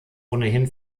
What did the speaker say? ohnehin